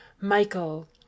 Michael